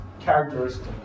characteristic